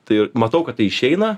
tai matau kad tai išeina